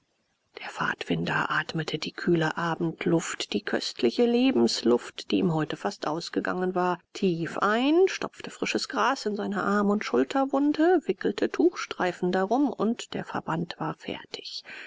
der pfadfinder atmete die kühle abendluft die köstliche lebensluft die ihm heute fast ausgegangen war tief ein stopfte frisches gras in seine arm und schulterwunde wickelte tuchstreifen darum und der verband war fertig